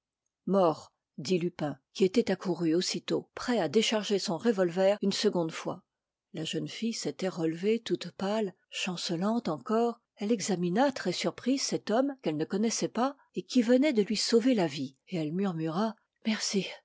mort dit lupin qui était accouru aussitôt prêt à décharger son revolver une seconde fois la jeune fille s'était relevée toute pâle chancelante encore elle examina très surprise cet homme qu'elle ne connaissait pas et qui venait de lui sauver la vie et elle murmura merci